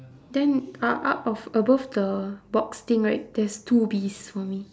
then out out of above the box thing right there's two bees for me